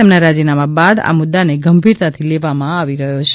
તેમના રાજીનામા બાદ આ મુદ્દાને ગંભીરતાથી લેવામાં આવી રહ્યો છે